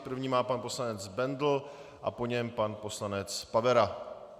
První má pan poslanec Bendl, po něm pan poslanec Pavera.